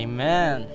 Amen